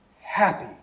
happy